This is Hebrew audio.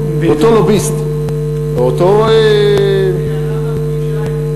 חבר הכנסת לוי, אותו לוביסט, זה עלה בפגישה אתמול.